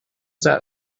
that